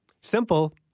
Simple